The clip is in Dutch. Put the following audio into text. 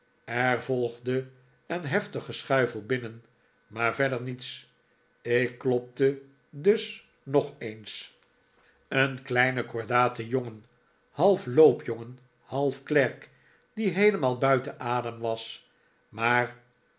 er volgde een heftig geschuifel binnen maar verder niets ik klopte dus nog eens een kleine kordate jongen half loopjongen half klerk die heelemaal buiten adem was maar